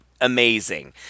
amazing